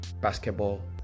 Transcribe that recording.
basketball